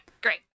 great